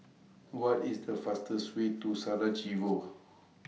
What IS The fastest Way to Sarajevo